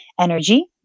energy